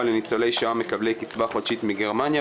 לניצולי שואה מקבלי קצבה חודשית מגרמניה,